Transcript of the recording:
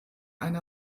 eine